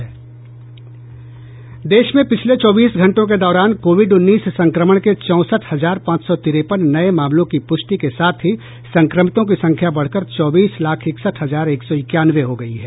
देश में पिछले चौबीस घंटों के दौरान कोविड उन्नीस संक्रमण के चौंसठ हजार पांच सौ तिरेपन नये मामलों की पुष्टि के साथ ही संक्रमितों की संख्या बढ़कर चौबीस लाख इकसठ हजार एक सौ इक्यानवे हो गयी है